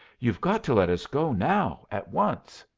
you've got to let us go now, at once.